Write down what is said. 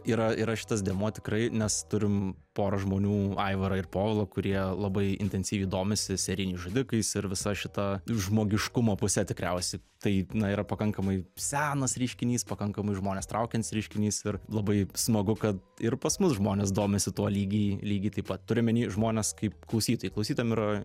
yra yra šitas dėmuo tikrai nes turim porą žmonių aivarą ir povilą kurie labai intensyviai domisi serijiniais žudikais ir visa šita žmogiškumo puse tikriausiai tai na yra pakankamai senas reiškinys pakankamai žmones traukiantis reiškinys ir labai smagu kad ir pas mus žmonės domisi tuo lygiai lygiai taip pat turiu omeny žmonės kaip klausytojai klausytojam yra